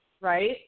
right